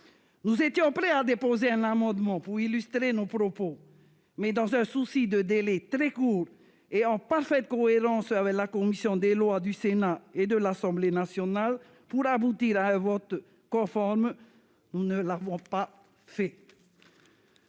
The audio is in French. Nous étions prêts à déposer un amendement pour illustrer nos propos, mais, en parfaite cohérence avec la commission des lois du Sénat et de l'Assemblée nationale pour aboutir à un vote conforme, nous ne l'avons pas fait.